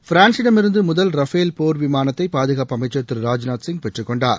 பிரான்சிடமிருந்து முதல் ரஃஃபேல் போர் விமானத்தை பாதுகாப்பு அமைச்சர் திரு ராஜ்நாத்சிங் பெற்றுக்கொண்டார்